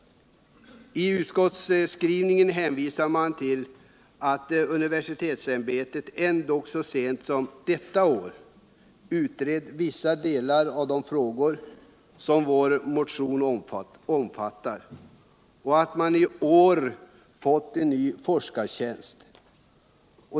I utskottsskrivningen hänvisar man till att universitetsämbetet ändock så sent som detta år utrett vissa delar av de frågor som vår motion omfattar och att man i år fått en ny forskartjänst.